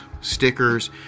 stickers